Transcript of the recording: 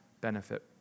benefit